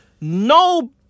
No